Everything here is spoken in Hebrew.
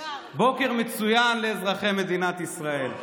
בוקר מצוין לאזרחי מדינת ישראל.